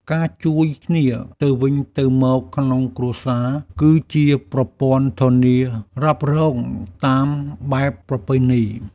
ការជួយគ្នាទៅវិញទៅមកក្នុងគ្រួសារ គឺជាប្រព័ន្ធធានារ៉ាប់រងតាមបែបប្រពៃណី។